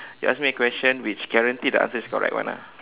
you ask me a question which guarantee the answer is correct one ah